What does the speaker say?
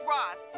Ross